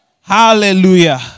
Hallelujah